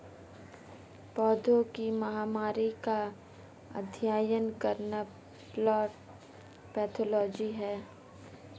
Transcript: पौधों की महामारी का अध्ययन करना प्लांट पैथोलॉजी है